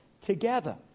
together